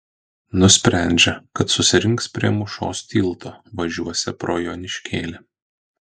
nusprendžia kad susirinks prie mūšos tilto važiuosią pro joniškėlį